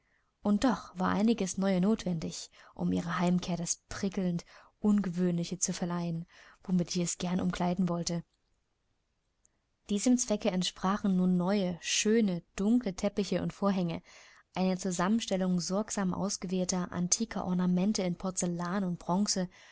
und doch war einiges neue notwendig um ihrer heimkehr das prickelnd ungewöhnliche zu verleihen womit ich es gern umkleiden wollte diesem zweck entsprachen nun neue schöne dunkle teppiche und vorhänge eine zusammenstellung sorgsam ausgewählter antiker ornamente in porzellan und